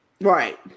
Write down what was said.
Right